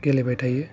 गेलेबाय थायो